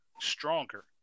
stronger